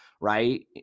right